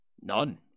None